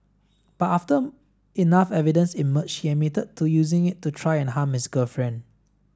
but after enough evidence emerged he admitted to using it to try and harm his girlfriend